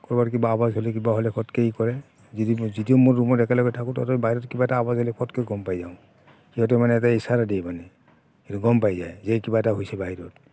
ক'ৰবাত কিবা আৱাজ হ'লে কিবা হ'লে যদিও মোৰ ৰূমত একেলগে থাকোঁ তথাপি বাহিৰত কিবা এটা আৱাজ হ'লে ফটকৈ গম পাই যাওঁ সিহঁতে মানে এটা ইশ্বাৰা দিয়ে মানে সেইটো গম পাই যায় যে কিবা এটা হৈছে বাহিৰত